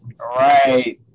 Right